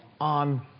on